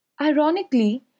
Ironically